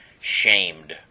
shamed